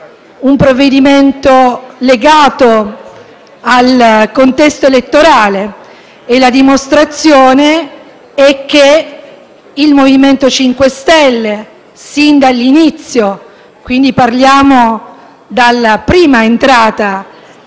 un provvedimento legato al contesto elettorale e la dimostrazione è che il MoVimento 5 Stelle sin dall'inizio, quindi dal primo ingresso